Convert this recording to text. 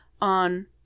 on